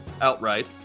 outright